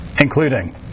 including